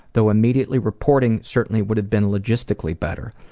though immediately reporting certainly would've been logistically better,